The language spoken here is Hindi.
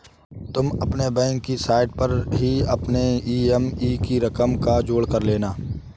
तुम अपने बैंक की साइट पर ही अपने ई.एम.आई की रकम का जोड़ कर लेना